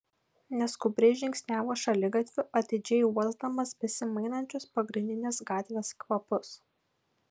neskubriai žingsniavo šaligatviu atidžiai uosdamas besimainančius pagrindinės gatvės kvapus